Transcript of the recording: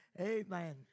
Amen